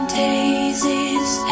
daisies